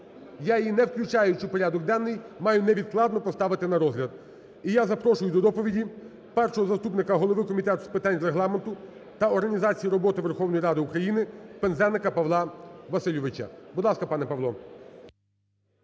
я її, не включаючи в порядок денний, маю невідкладно поставити на розгляд. І я запрошую до доповіді першого заступника голови Комітету з питань Регламенту та організації роботи Верховної Ради України Пинзеника Павла Васильовича. Будь ласка, пане Павло.